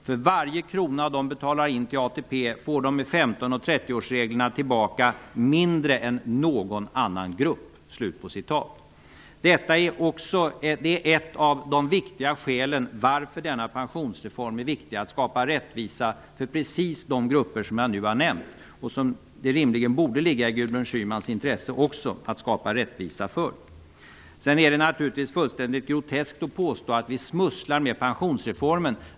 För varje krona de betalar till ATP får de med 15 och 30-årsreglerna tillbaka mindre än någon annan grupp.'' Detta är ett av skälen till varför denna pensionsreform är viktig. Den skall skapa rättvisa för precis de grupper som jag nu har nämnt. Det borde rimligen också ligga i Gudrun Schymans intresse att skapa rättvisa för dessa grupper. Sedan är det naturligtvis fullständigt groteskt att påstå att vi smusslar med pensionsreformen.